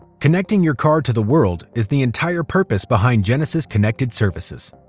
connecting your car to the world is the entire purpose behind genesis connected services.